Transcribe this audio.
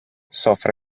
soffre